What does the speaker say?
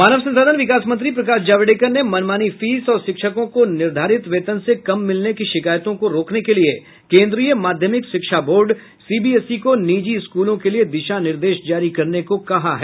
मानव संसाधन विकास मंत्री प्रकाश जावडेकर ने मनमानी फीस और शिक्षकों को निर्धारित वेतन से कम मिलने की शिकायतों को रोकने के लिए केन्द्रीय माध्यमिक शिक्षा बोर्ड सीबीएसई को निजी स्कूलों के लिए दिशा निर्देश जारी करने को कहा है